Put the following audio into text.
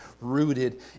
rooted